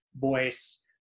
voice